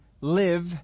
live